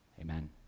Amen